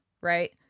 right